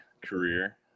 career